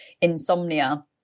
insomnia